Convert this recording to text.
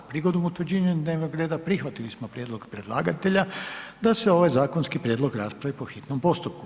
Prigodom utvrđivanja dnevnog reda prihvatili smo prijedlog predlagatelja da se ovaj zakonski prijedlog raspravi po hitnom postupku.